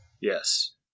Yes